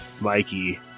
Mikey